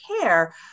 care